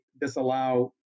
disallow